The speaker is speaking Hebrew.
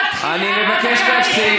את חלאת אדם, אני מבקש, אני מבקש להפסיק.